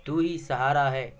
تو ہی سہارا ہے